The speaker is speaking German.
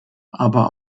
aber